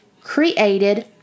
created